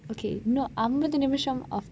okay இன்னும் ஐம்பது நிமிஷம்:innum aimbathu nimisham of